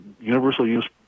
universal-use